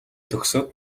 төгсөөд